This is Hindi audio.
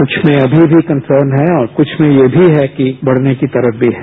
कुछ में अभी भी कंसर्न है और कुछ में ये भी है कि बढ़ने की तरफ भी है